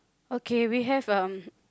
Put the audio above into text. okay we have um